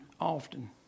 often